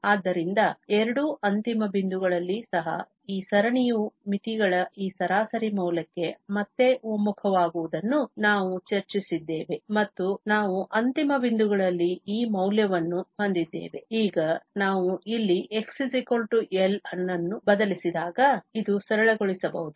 ಆದ್ದರಿಂದ ಎರಡೂ ಅಂತಿಮ ಬಿಂದುಗಳಲ್ಲಿ ಸಹ ಈ ಸರಣಿಯು ಮಿತಿಗಳ ಈ ಸರಾಸರಿ ಮೌಲ್ಯಕ್ಕೆ ಮತ್ತೆ ಒಮ್ಮುಖವಾಗುವುದನ್ನು ನಾವು ಚರ್ಚಿಸಿದ್ದೇವೆ ಮತ್ತು ಆದ್ದರಿಂದ ನಾವು ಅಂತಿಮ ಬಿಂದುಗಳಲ್ಲಿ ಈ ಮೌಲ್ಯವನ್ನು ಹೊಂದಿದ್ದೇವೆ ಈಗ ನಾವು ಇಲ್ಲಿ x L ಅನ್ನು ಬದಲಿಸಿದಾಗ ಇದು ಸರಳಗೊಳಿಸಬಹುದು